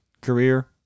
career